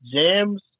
jams